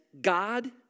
God